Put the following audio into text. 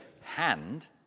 hand